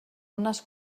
unes